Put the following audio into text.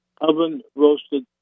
Oven-roasted